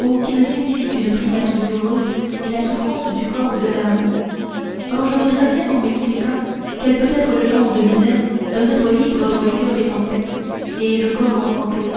ou qui ne signifie qu'une privation douloureuse et la souffrance du corps ou de l'âme or je voudrais bien qu'on m'expliquât quel peut être le genre de misère d'un être libre dont le coeur est en paix et le corps en santé